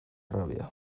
rabia